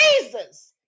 Jesus